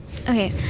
Okay